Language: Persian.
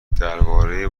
درباره